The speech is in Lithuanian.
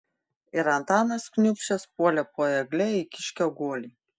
ir antanas kniūbsčias puolė po egle į kiškio guolį